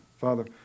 Father